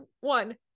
one